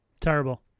Terrible